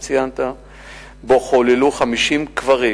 שציינת שחוללו בו 50 קברים,